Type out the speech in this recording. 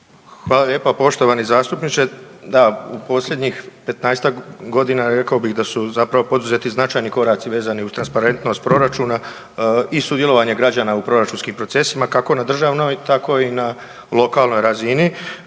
Hvala lijepa poštovani zastupniče, da u posljednjih 15-tak godina rekao bih da su zapravo poduzeti značajni koraci vezani uz transparentnost proračuna i sudjelovanje građana u proračunskim procesima kako na državnoj tako i na lokalnoj razini.